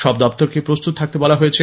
সব দফদরকে প্রস্তুত থাকতে বলা হয়েছে